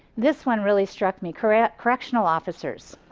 this one really struck me career correctional officers